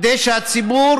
כדי שהציבור